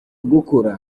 gukura